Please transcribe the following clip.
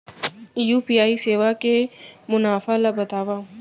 UPI सेवा के मुनाफा ल बतावव?